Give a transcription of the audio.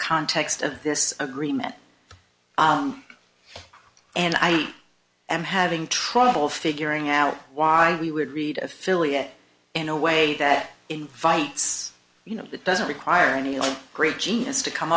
context of this agreement and i am having trouble figuring out why we would read affiliate in a way that invites you know that doesn't require any great genius to come